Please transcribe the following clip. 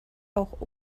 auch